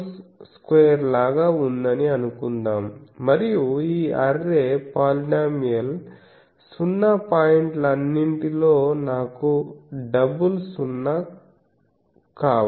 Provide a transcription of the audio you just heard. │2 లాగా ఉందని అనుకుందాం మరియు ఈ అర్రే పాలినోమియల్ సున్నా పాయింట్లన్నింటిలో నాకు డబుల్ 0 కావాలి